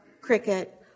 cricket